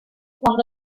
cuando